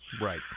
right